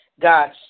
God's